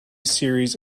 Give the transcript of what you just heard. series